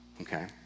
okay